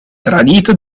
tradito